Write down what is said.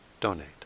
donate